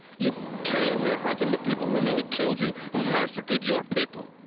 you. came here hunting the people who nearly killed you. who massacred your people!